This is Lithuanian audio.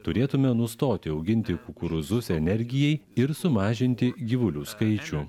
turėtumėme nustoti auginti kukurūzus energijai ir sumažinti gyvulių skaičių